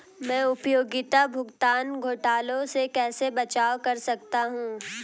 मैं उपयोगिता भुगतान घोटालों से कैसे बचाव कर सकता हूँ?